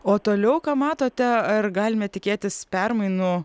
o toliau ką matote ar galime tikėtis permainų